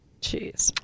Jeez